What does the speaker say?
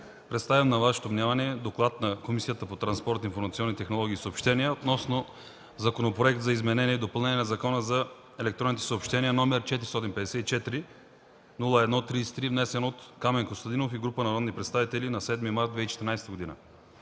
представям на Вашето внимание: „ДОКЛАД на Комисията по транспорт, информационни технологии и съобщения относно Законопроект за изменение и допълнение на Закона за електронните съобщения № 454-01-33, внесен от Камен Костадинов и група народни представители на 7 март 2014 г.